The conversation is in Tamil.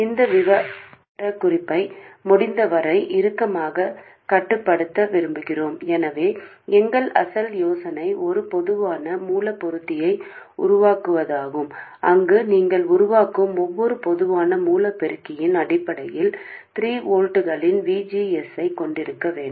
இந்த விவரக்குறிப்பை முடிந்தவரை இறுக்கமாக கட்டுப்படுத்த விரும்புகிறோம் எனவே எங்கள் அசல் யோசனை ஒரு பொதுவான மூல பெருக்கியை உருவாக்குவதாகும் அங்கு நீங்கள் உருவாக்கும் ஒவ்வொரு பொதுவான மூல பெருக்கியும் அடிப்படையில் 3 வோல்ட்களின் V G S ஐக் கொண்டிருக்க வேண்டும்